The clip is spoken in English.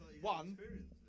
One